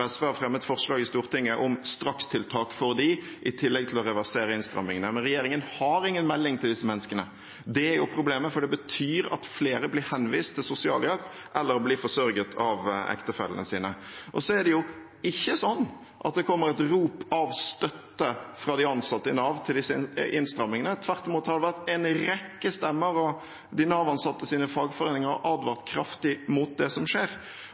SV har fremmet forslag i Stortinget om strakstiltak for dem, i tillegg til å reversere innstrammingene. Men regjeringen har ingen melding til disse menneskene. Det er problemet, for det betyr at flere blir henvist til sosialhjelp eller til å bli forsørget av ektefellen sin. Det er ikke sånn at det kommer et rop av støtte fra de ansatte i Nav til disse innstrammingene. Tvert imot har det vært en rekke stemmer mot, og de Nav-ansattes fagforeninger har advart kraftig mot det som skjer.